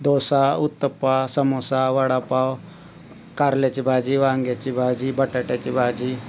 डोसा उत्तप्पा समोसा वडापाव कारल्याची भाजी वांग्याची भाजी बटाट्याची भाजी